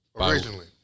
Originally